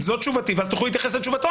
זאת תשובתי ואז תוכלו להתייחס לתשובתו.